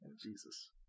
Jesus